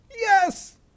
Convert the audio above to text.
Yes